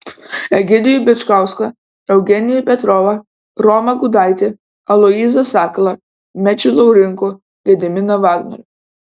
egidijų bičkauską eugenijų petrovą romą gudaitį aloyzą sakalą mečį laurinkų gediminą vagnorių